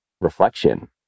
reflection